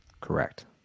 Correct